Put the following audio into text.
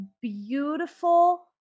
Beautiful